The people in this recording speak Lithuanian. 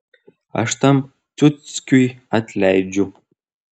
aš tam ciuckiui atleidžiu